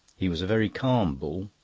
he was a very calm bull,